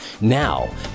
Now